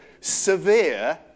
severe